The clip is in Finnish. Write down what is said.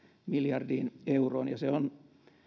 miljardiin euroon ja se on